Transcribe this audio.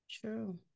True